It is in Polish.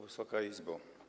Wysoka Izbo!